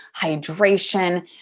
hydration